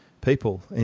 people